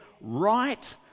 right